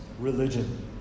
religion